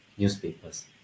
newspapers